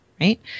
Right